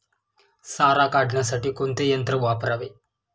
सारा काढण्यासाठी कोणते यंत्र वापरावे?